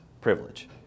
privilege